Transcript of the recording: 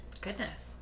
goodness